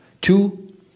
two